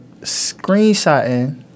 screenshotting